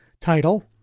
title